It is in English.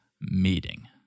meeting